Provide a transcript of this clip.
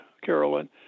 Carolyn